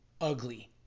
ugly